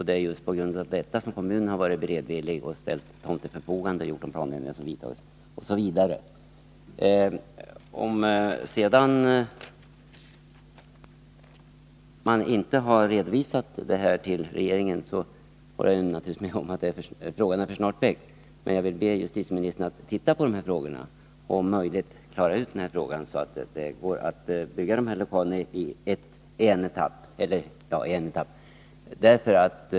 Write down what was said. Det är anledningen till att kommunen så beredvilligt ställt tomtmark till förfogande, genomfört erforderliga planändringar osv. Om man inte har redovisat det här till regeringen, håller jag naturligtvis med om att frågan är för tidigt väckt, men jag vill be justitieministern att titta på och om möjligt klara ut ärendet, så att det går att bygga lokalerna i en etapp.